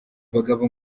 abagabo